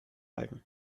halten